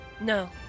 No